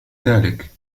ذلك